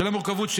בשל המורכבות,